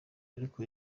ariko